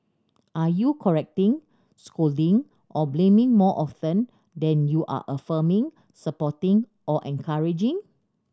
are you correcting scolding or blaming more often than you are affirming supporting or encouraging